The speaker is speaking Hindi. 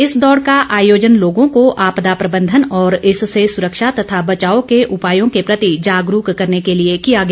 इस दौड़ का आयोजन लोगों को आपदा प्रदंधन और इससे सुरक्षा तथा बचाव के उपायों के प्रति जागरूक करने के लिए किया गया